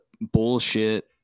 bullshit